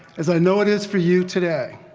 as i know it is for you today.